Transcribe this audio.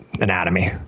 anatomy